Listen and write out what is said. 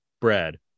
Brad